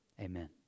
Amen